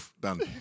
Done